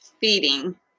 feeding